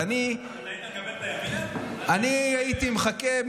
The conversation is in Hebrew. אני הייתי מחכה,